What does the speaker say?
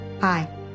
Hi